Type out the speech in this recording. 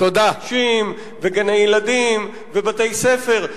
כבישים וגני-ילדים ובתי-ספר.